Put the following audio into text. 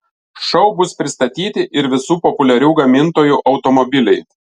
šou bus pristatyti ir visų populiarių gamintojų automobiliai